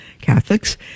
catholics